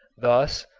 thus,